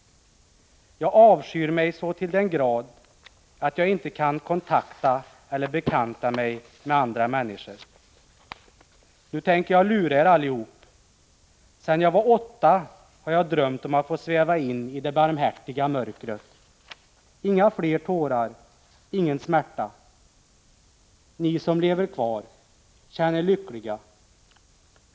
Jag avskyr mig så till den grad, att jag inte kan kontakta eller bekanta mig med andra människor. Nu tänker jag lura er allihop. Sen jag var åtta har jag drömt om att få sväva in i det barmhärtiga mörkret. Inga fler tårar, ingen smärta. Ni som lever kvar, känn er lyckliga.